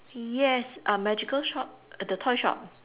yes uh magical shop the toy shop